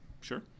Sure